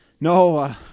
no